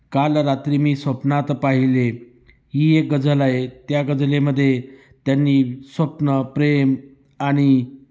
काल रात्री मी स्वप्नात पाहिले ही एक गजल आहे त्या गजलेमध्ये त्यांनी स्वप्न प्रेम आणि